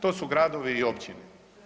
To su gradovi i općine.